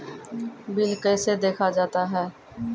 Bill कैसे देखा जाता हैं?